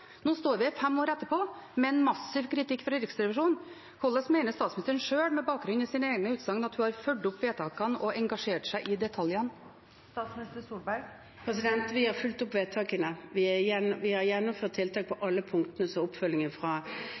Nå står vi her fem år etterpå med en massiv kritikk fra Riksrevisjonen. Hvordan mener statsministeren sjøl, med bakgrunn i sine egne utsagn, at hun har fulgt opp vedtakene og engasjert seg i detaljene? Vi har fulgt opp vedtakene. Vi har gjennomført tiltak på alle punktene i oppfølgingen